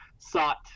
sought